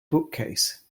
bookcase